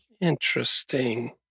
Interesting